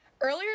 Earlier